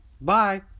Bye